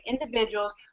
individuals